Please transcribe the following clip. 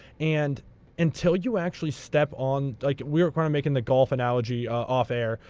and until you actually step on like we were kind of making the golf analogy off air.